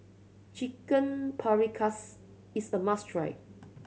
Chicken Paprikas is a must try